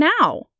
now